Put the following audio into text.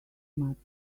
much